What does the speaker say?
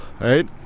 right